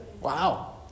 Wow